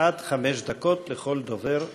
עד חמש דקות לכל דובר ודוברת.